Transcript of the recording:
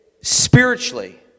Spiritually